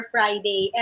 Friday